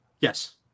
Yes